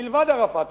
מלבד ערפאת,